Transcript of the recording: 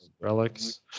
relics